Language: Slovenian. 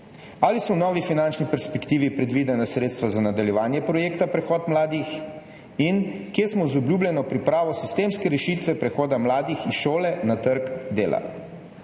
Ali so v novi finančni perspektivi predvidena sredstva za nadaljevanje projekta Prehod mladih? Kje smo z obljubljeno pripravo sistemske rešitve prehoda mladih iz šole na trg dela?